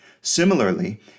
Similarly